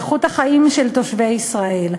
באיכות החיים של תושבי ישראל.